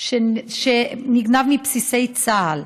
שנגנב מבסיסי צה"ל.